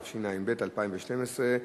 התשע"ב 2012,